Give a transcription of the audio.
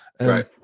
right